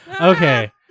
Okay